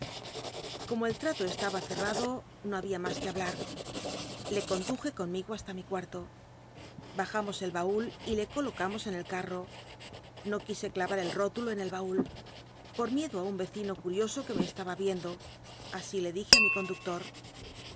como el trato estaba ccnado no babia mas c ue hablar le conduje conmigo hasta mi cuarto bajamos el baul y le colocamos en el carro no quise clavar el rótulo en el baul por miedo li nn recino curioso que me estaba riendo así le dije á mi conductor